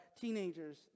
teenagers